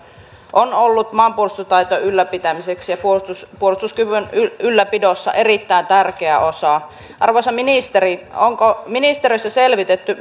on ollut maanpuolustustaitojen ylläpitämiseksi ja puolustuskyvyn ylläpidossa erittäin tärkeä osa arvoisa ministeri onko ministeriössä selvitetty